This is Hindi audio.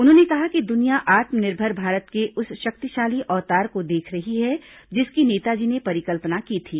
उन्होंने कहा कि दुनिया आत्मनिर्भर भारत के उस शक्तिशाली अवतार को देख रही है नेताजी ने परिकल्पना की थी